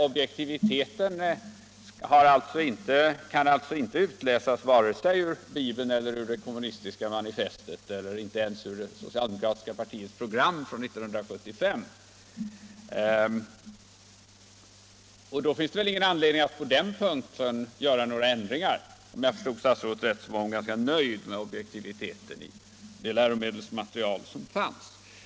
Objektiviteten kan alltså inte utläsas vare sig ur Bibeln eller ur det kommunistiska manifestet, inte ens ur det socialdemokratiska partiets program från år 1975. Då finns det väl ingen anledning att på den punkten göra några ändringar. Om jag förstod statsrådet rätt var hon ju också ganska nöjd med objektiviteten i det läromedelsmaterial som finns.